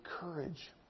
courage